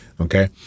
okay